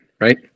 right